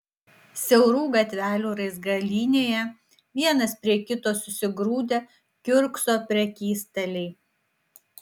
siaurų gatvelių raizgalynėje vienas prie kito susigrūdę kiurkso prekystaliai